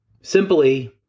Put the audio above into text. Simply